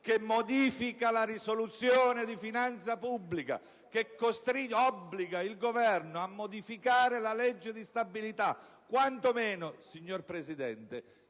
che modifica la risoluzione di finanza pubblica, ed obbliga il Governo a modificare la legge di stabilità, quanto meno, signor Presidente,